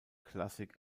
klassik